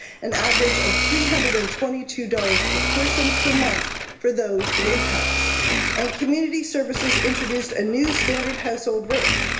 an average of three hundred and twenty two dollars per person per month for those it impacts and community services introduced a new standard household rate,